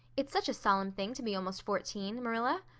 it's such a solemn thing to be almost fourteen, marilla.